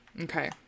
Okay